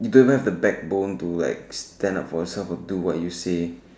you don't even have the backbone to live stand up for yourself or do what you say